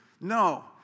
No